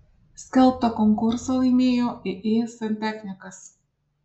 skelbtą konkursą laimėjo iį santechnikas